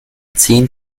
zehn